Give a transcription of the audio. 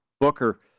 Booker